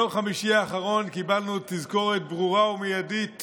ביום חמישי האחרון קיבלנו תזכורת ברורה ומיידית